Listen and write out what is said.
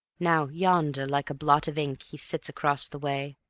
now yonder like a blot of ink he sits across the way,